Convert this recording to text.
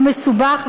הוא מסובך,